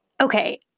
okay